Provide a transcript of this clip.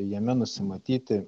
jame nusimatyti